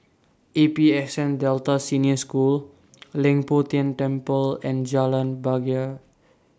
A P S N Delta Senior School Leng Poh Tian Temple and Jalan